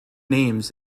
names